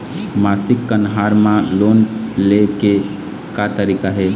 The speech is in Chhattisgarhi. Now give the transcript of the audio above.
मासिक कन्हार म लोन ले के का तरीका हे?